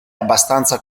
abbastanza